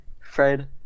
Fred